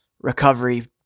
recovery